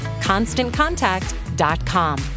ConstantContact.com